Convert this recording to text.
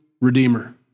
redeemer